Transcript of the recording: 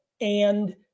and-